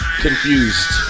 Confused